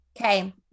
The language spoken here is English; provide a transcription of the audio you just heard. Okay